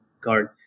card